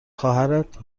خواهرت